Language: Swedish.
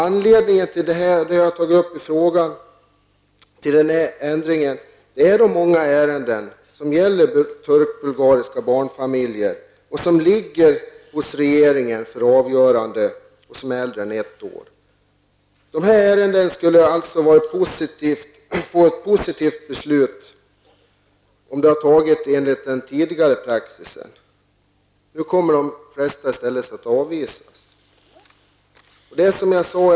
Anledningen är densamma som jag har tagit upp i frågan -- de många ärenden gällande turkbulgariska barnfamiljer som ligger hos regeringen och som är äldre än ett år. I dessa ärenden skulle man alltså ha fattat positiva beslut om den tidigare praxisen hade tillämpats. Nu kommer i stället de flest turkbulgarerna att avvisas.